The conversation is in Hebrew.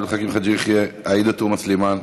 עבד אל חכים חאג' יחיא, עאידה תומא סלימאן,